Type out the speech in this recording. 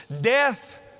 Death